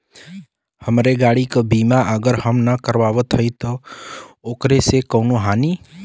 हमरे गाड़ी क बीमा अगर हम ना करावत हई त ओकर से कवनों हानि?